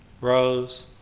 Rose